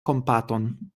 kompaton